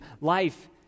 life